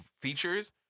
features